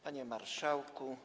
Panie Marszałku!